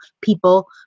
people